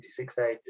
26A